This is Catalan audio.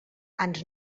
ans